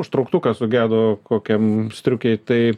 užtrauktukas sugedo kokiam striukei tai